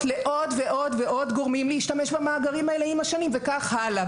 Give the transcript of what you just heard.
לעוד ועוד ועוד גורמים להשתמש במאגרים האלה עם השנים וכך הלאה,